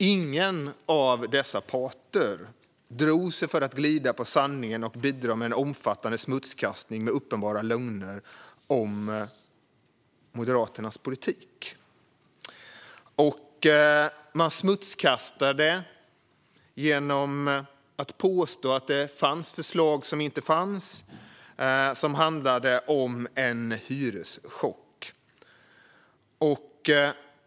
Ingen av dessa parter drog sig för att glida på sanningen och bidra med en omfattande smutskastning med uppenbara lögner om Moderaternas politik. Man smutskastade genom att påstå att det fanns förslag som inte fanns och som de menade handlade om en hyreschock.